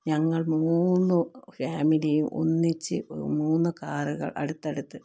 ഞങ്ങൾ മൂന്ന് ഫാമിലിയും ഒന്നിച്ച് മൂന്ന് കാറുകൾ അടുത്തടുത്ത്